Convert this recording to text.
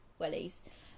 wellies